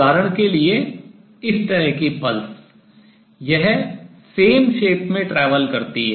उदाहरण के लिए इस तरह की pulse स्पंद यह same shape उसी आकार में travel यात्रा करती है